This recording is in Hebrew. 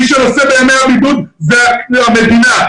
מי שנושא בימי הבידוד זאת המדינה.